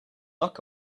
luck